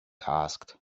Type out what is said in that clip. asked